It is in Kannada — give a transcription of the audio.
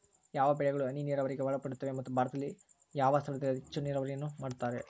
ಯಾವ ಬೆಳೆಗಳು ಹನಿ ನೇರಾವರಿಗೆ ಒಳಪಡುತ್ತವೆ ಮತ್ತು ಭಾರತದಲ್ಲಿ ಯಾವ ಸ್ಥಳದಲ್ಲಿ ಹೆಚ್ಚು ಹನಿ ನೇರಾವರಿಯನ್ನು ಬಳಸುತ್ತಾರೆ?